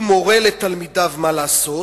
הוא מורה לתלמידיו מה לעשות